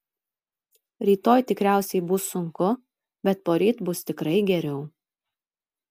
rytoj tikriausiai bus sunku bet poryt bus tikrai geriau